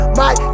mic